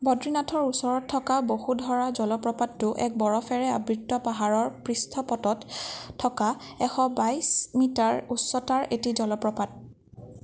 বদ্ৰীনাথৰ ওচৰত থকা বসুধৰা জলপ্ৰপাতটো এক বৰফেৰে আবৃত পাহাৰৰ পৃষ্ঠপটত থকা এশ বাইছ মিটাৰ উচ্চতাৰ এটি জলপ্ৰপাত